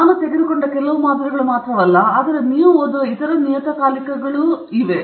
ನಾನು ತೆಗೆದುಕೊಂಡ ಕೆಲವು ಮಾದರಿಗಳು ಮಾತ್ರವಲ್ಲ ಆದರೆ ನೀವು ಓದುವ ಇತರ ಅನೇಕ ನಿಯತಕಾಲಿಕಗಳು ಮತ್ತು ಇತರ ನಿಯತಕಾಲಿಕೆಗಳು ಇವೆ